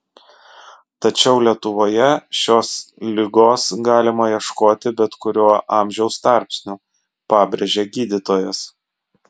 tačiau lietuvoje šios ligos galima ieškoti bet kuriuo amžiaus tarpsniu pabrėžia gydytojas